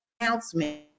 announcement